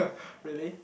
really